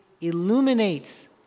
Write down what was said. illuminates